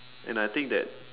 and I think that